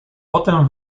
potem